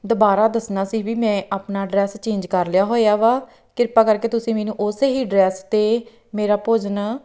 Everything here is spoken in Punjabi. ਦੁਬਾਰਾ ਦੱਸਣਾ ਸੀ ਵੀ ਮੈਂ ਆਪਣਾ ਐਡਰੈੱਸ ਚੇਂਜ ਕਰ ਲਿਆ ਹੋਇਆ ਵਾ ਕਿਰਪਾ ਕਰਕੇ ਤੁਸੀਂ ਮੈਨੂੰ ਉਸੇ ਹੀ ਐਡਰੈੱਸ 'ਤੇ ਮੇਰਾ ਭੋਜਨ